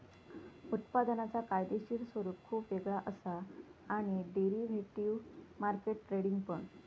उत्पादनांचा कायदेशीर स्वरूप खुप वेगळा असा आणि डेरिव्हेटिव्ह मार्केट ट्रेडिंग पण